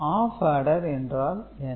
app order என்றால் என்ன